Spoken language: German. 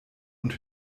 und